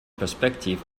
perspective